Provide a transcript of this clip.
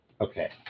Okay